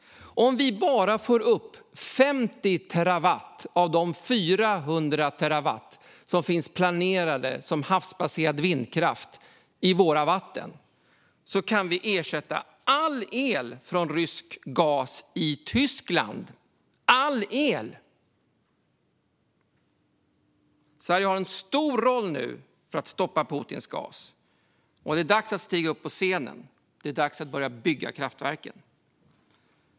Om vi bara får upp 50 terawatt av de 400 terawatt som finns planerade som havsbaserad vindkraft i våra vatten kan vi ersätta all el från rysk gas i Tyskland. Sverige har nu en stor roll för att stoppa Putins gas. Det är dags att stiga upp på scenen och bygga kraftverken.